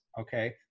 okay